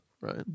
right